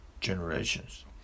generations